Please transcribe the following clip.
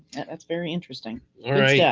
and that's very interesting. yeah yeah